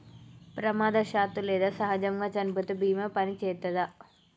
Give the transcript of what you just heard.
ప్రమాదవశాత్తు లేదా సహజముగా చనిపోతే బీమా పనిచేత్తదా?